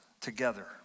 together